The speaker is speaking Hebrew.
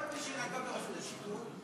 כל מי שנגע ברשות השידור,